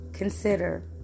Consider